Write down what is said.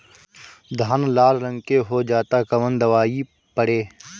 धान लाल रंग के हो जाता कवन दवाई पढ़े?